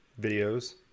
videos